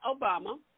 Obama